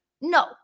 No